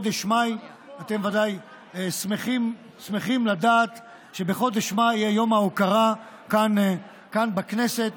אתם ודאי שמחים לדעת שבחודש מאי יהיה יום ההוקרה כאן בכנסת,